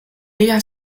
lia